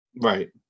right